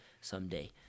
someday